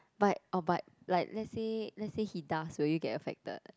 but oh but like let's say let's say he does will you get affected